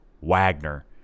wagner